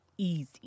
easy